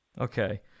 Okay